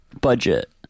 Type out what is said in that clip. Budget